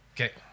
Okay